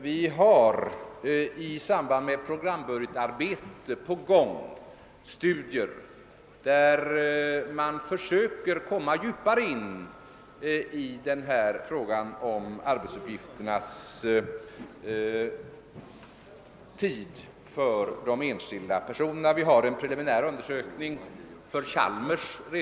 Vi har i samband med programbudgetarbetet studier på gång, där man försöker komma djupare in i frågan om vilken tid arbetsuppgifterna tar för de enskilda personerna. Vi har redovisat en preliminär undersökning för Chalmers.